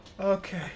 okay